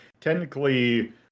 Technically